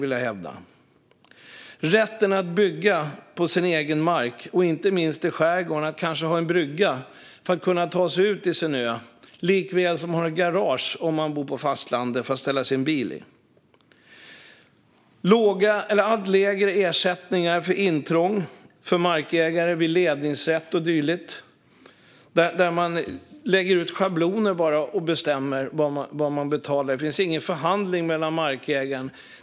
När det gäller rätten att bygga på sin egen mark, inte minst i skärgården, vill markägaren kanske ha en brygga för att kunna ta sig ut till sin ö, likaväl som att ha ett garage att ställa sin bil i om man bor på fastlandet. Det blir allt lägre ersättningar till markägare för intrång vid ledningsrätt och dylikt. Man lägger bara ut schabloner och bestämmer vad som ska betalas, och det finns ingen förhandling med markägarna.